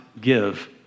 give